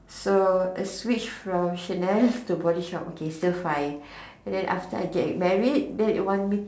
so a Switch from Chanel to body shop okay still fine and then after I get married he want me to